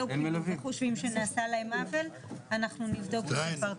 וחושבים שנעשה להם עוול אננחנו נבדוק את זה פרטני.